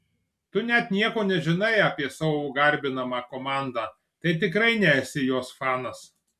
tu net nieko nežinai apie savo garbinamą komandą tai tikrai nesi jos fanas